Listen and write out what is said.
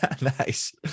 nice